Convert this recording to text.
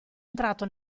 entrato